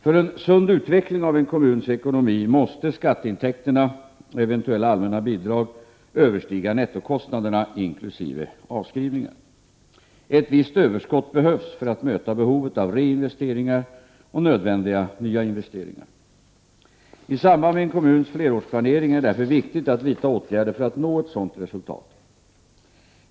För en sund utveckling av en kommuns ekonomi måste skatteintäkterna och eventuella allmänna bidrag överstiga nettokostnaderna, inkl. avskrivningar. Ett visst överskott behövs för att möta behovet av reinvesteringar och nödvändiga nya investeringar. I samband med en kommuns flerårsplanering är det därför viktigt att vidta åtgärder för att nå ett sådant resultat.